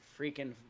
freaking